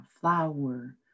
flower